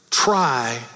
Try